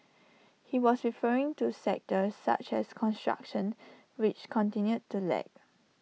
he was referring to sectors such as construction which continued to lag